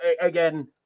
again